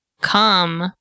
come